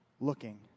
looking